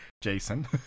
Jason